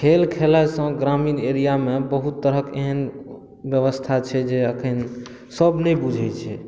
खेल खेललासँ ग्रामीण एरियामे बहुत तरहक एहन व्यवस्था छै जे अखनि सभ नहि बुझैत छै